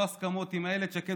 לא היו הסכמות עם אילת שקד,